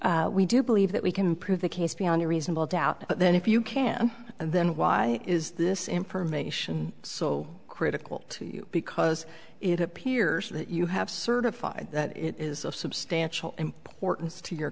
we do believe that we can prove the case beyond a reasonable doubt then if you can then why is this information so critical to you because it appears that you have certified that it is of substantial importance to your